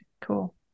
cool